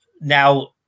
now